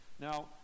Now